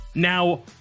Now